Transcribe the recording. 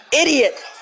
idiot